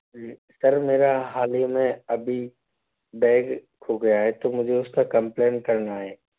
sir मेरा हाल ही में अभी बैग खो गया है तो मुझे उसका कंम्प्लैन करना है